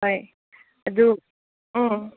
ꯍꯣꯏ ꯑꯗꯨ ꯎꯝ